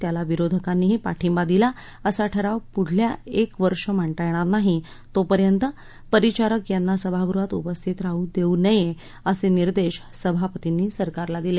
त्याला विरोधकांनीही पाठिंबा दिला असा ठराव पुढल्या एक वर्ष मांडता येणार नाही तोपर्यंत परिचारक यांना सभागृहात उपथित राहू देऊ नये असे निर्देश सभापतींनी सरकारला दिले